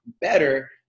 better